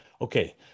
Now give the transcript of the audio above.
Okay